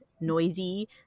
noisy